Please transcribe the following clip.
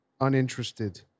uninterested